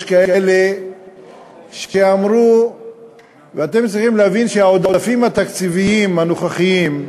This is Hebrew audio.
אתם צריכים להבין שהעודפים התקציביים הנוכחיים,